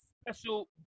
special